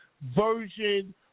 version